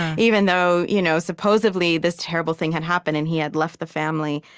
even though, you know supposedly, this terrible thing had happened and he had left the family.